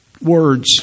words